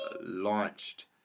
launched